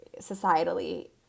societally